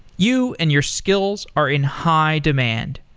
you and your skills are in high demand.